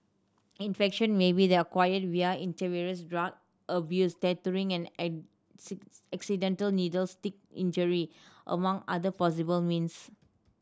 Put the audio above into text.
infection may be acquired via intravenous drug abuse tattooing and accidental needle stick injury among other possible means